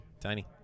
tiny